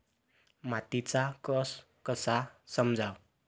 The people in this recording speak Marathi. मातीचा कस कसा समजाव?